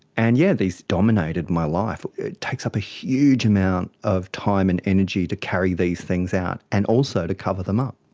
and yeah, these dominated my life. it takes up a huge amount of time and energy to carry these things out, and also to cover them up.